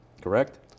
correct